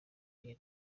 nyina